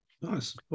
Nice